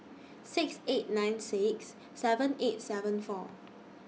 six eight nine six seven eight seven four